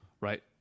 right